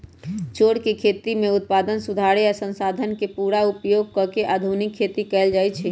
चौर के खेती में उत्पादन सुधारे आ संसाधन के पुरा उपयोग क के आधुनिक खेती कएल जाए छै